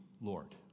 lord